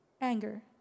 anger